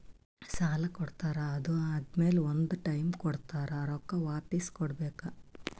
ಸಾಲಾ ಕೊಡ್ತಾರ್ ಅದು ಆದಮ್ಯಾಲ ಒಂದ್ ಟೈಮ್ ಕೊಡ್ತಾರ್ ರೊಕ್ಕಾ ವಾಪಿಸ್ ಕೊಡ್ಬೇಕ್